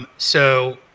um so